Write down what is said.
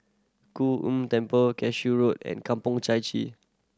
Kuan Temple Cashew Road and Kampong Chai Chee